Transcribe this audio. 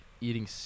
eating